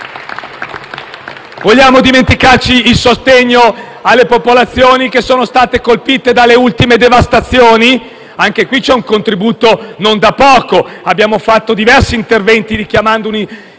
Vogliamo dimenticare il sostegno alle popolazioni che sono state colpite dalle ultime devastazioni? Anche qui, c'è un contributo non da poco. Abbiamo fatto diversi interventi, richiamando